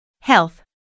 Health